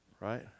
right